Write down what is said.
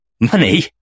money